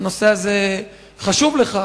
שהנושא הזה חשוב לך,